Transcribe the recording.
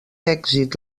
èxit